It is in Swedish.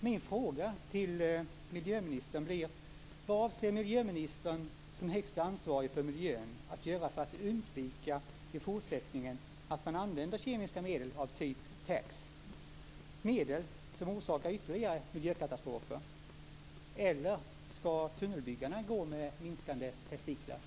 Min fråga till miljöministern blir: Vad avser miljöministern som högste ansvarig för miljön att göra för att i fortsättningen undvika att man använder kemiska medel av typ TACSS, medel som orsakar ytterligare miljökatastrofer, eller skall tunnelbyggarna riskera att få krympta testiklar?